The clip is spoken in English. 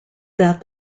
that